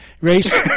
Race